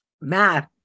Math